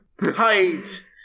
Height